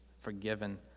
forgiven